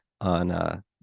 on